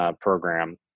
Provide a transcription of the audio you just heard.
program